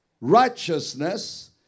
righteousness